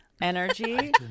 energy